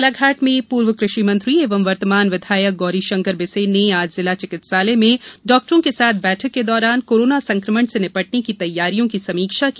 बालाघाट में पूर्व कृषि मंत्री एवं वर्तमान विधायक गौरीशंकर बिसेन ने आज जिला चिकित्सालय में डाक्टरों के साथ बैठक के दौरान कोरोना संकमण से निपटने की तैयारियों की समीक्षा की